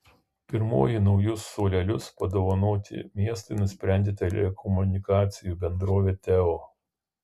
pirmoji naujus suolelius padovanoti miestui nusprendė telekomunikacijų bendrovė teo